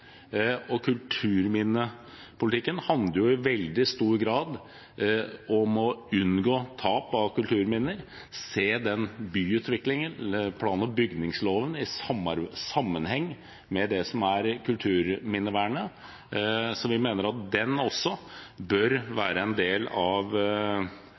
Og kulturminnepolitikken handler jo i veldig stor grad om å unngå tap av kulturminner og se plan- og bygningsloven i sammenheng med det som er kulturminnevern. Så vi mener at det også bør